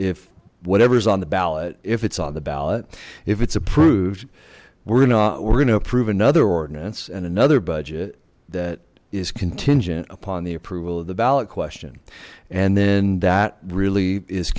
if whatever is on the ballot if it's on the ballot if it's approved we're not we're gonna approve another ordinance and another budget that is contingent upon the approval of the ballot question and then that really is